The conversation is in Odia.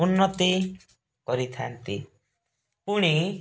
ଉନ୍ନତି କରିଥାନ୍ତି ପୁଣି